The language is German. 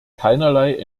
keinerlei